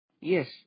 Yes